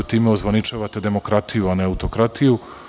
Time ozvaničavate demokratiju, a ne autokratiju.